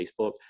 facebook